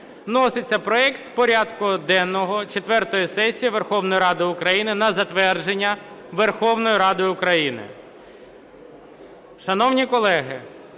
вноситься проект порядку денного четвертої сесії Верховної Ради України на затвердження Верховною Радою України.